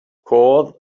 course